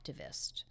activist